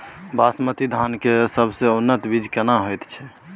बासमती धान के सबसे उन्नत बीज केना होयत छै?